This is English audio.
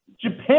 Japan